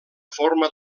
forma